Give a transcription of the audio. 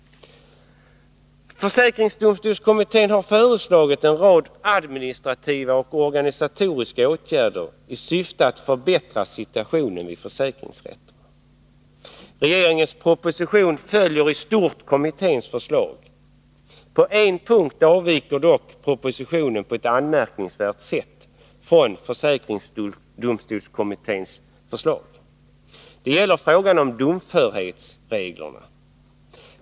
Försäkringsdomstolskommittén har föreslagit en rad administrativa och organisatoriska åtgärder i syfte att förbättra situationen vid försäkringsrätterna. Regeringens proposition följer i stort kommitténs förslag. På en punkt avviker dock propositionen på ett anmärkningsvärt sätt från förslaget. Det gäller frågan om domförhetsreglerna.